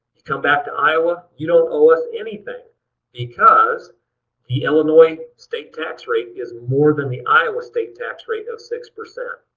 you come back to iowa, you don't owe us anything because the illinois state tax rate is more than the iowa state tax rate of six percent.